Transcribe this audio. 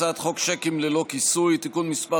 הצעת חוק שיקים ללא כיסוי (תיקון מס'